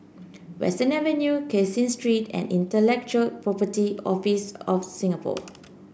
Western Avenue Caseen Street and Intellectual Property Office of Singapore